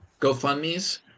gofundmes